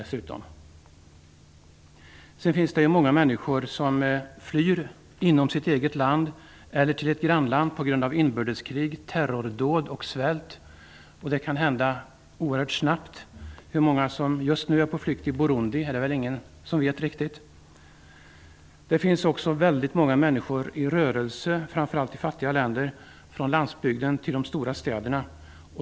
Dessutom finns det många människor som flyr inom sitt eget land eller till ett grannland på grund av inbördeskrig, terrordåd och svält. Det kan hända oerhört snabbt. Hur många som just nu är på flykt i Burundi vet väl ingen riktigt. Det finns väldigt många människor i rörelse, framför allt i fattiga länder, från landsbygden till de stora städerna.